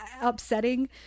upsetting